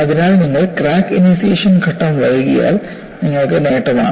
അതിനാൽ crack initiation ഘട്ടം വൈകിയാൽ നിങ്ങൾക്ക് നേട്ടമാണ്